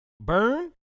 Burn